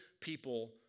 people